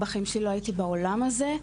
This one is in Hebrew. בחיים שלי לא הייתי בעולם הזה,